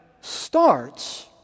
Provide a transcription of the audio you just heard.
starts